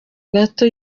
gato